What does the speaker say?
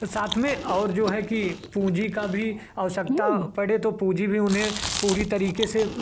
साथ में और जो है कि पूंजी का भी आवश्यकता पड़े तो पूंजी भी उन्हें पूरी तरीके से